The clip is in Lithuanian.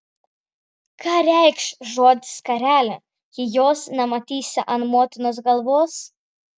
ką reikš žodis skarelė jei jos nematysi ant motinos galvos